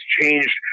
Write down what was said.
Changed